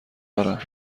دارن